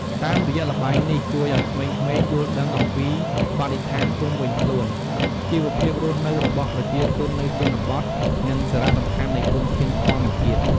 តាមរយះល្បែងនេះជួយឱ្យក្មេងៗយល់ដឹងអំពីបរិស្ថានជុំវិញខ្លួន ជីវភាពរស់នៅរបស់ប្រជាជននៅជនបទ និងសារៈសំខាន់នៃធនធានធម្មជាតិ។